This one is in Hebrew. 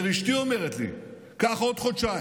הוא אומר: אשתי אומרת לי: קח עוד חודשיים,